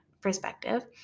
perspective